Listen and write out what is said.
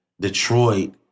Detroit